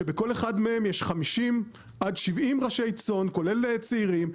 שבכל אחד מהם יש 50 עד 70 ראשי צאן כולל צעירים,